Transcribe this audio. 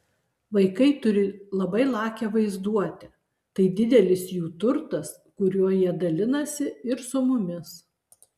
vaikai turi labai lakią vaizduotę tai didelis jų turtas kuriuo jie dalinasi ir su mumis